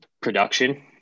Production